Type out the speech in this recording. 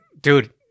Dude